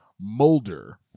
Mulder